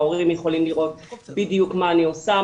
ההורים יכולים לראות בדיוק מה אני עושה,